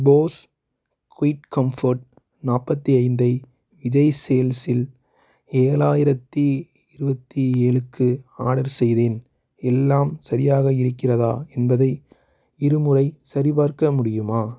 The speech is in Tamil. போஸ் குய்ட் கம்ஃபோர்ட் நாற்பத்தி ஐந்து ஐ விஜய் சேல்ஸ் இல் ஏழாயிரத்தி இருபத்தி ஏழு க்கு ஆடர் செய்தேன் எல்லாம் சரியாக இருக்கிறதா என்பதை இருமுறை சரிபார்க்க முடியுமா